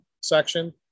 section